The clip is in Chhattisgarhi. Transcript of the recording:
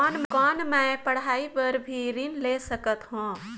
कौन मै पढ़ाई बर भी ऋण ले सकत हो?